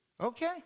Okay